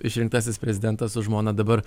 išrinktasis prezidentas su žmona dabar